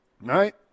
Right